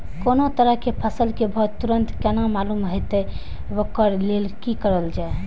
कोनो तरह के फसल के भाव तुरंत केना मालूम होते, वे के लेल की करल जाय?